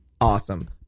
Awesome